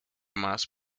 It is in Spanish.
más